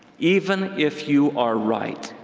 even if you are right.